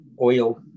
oil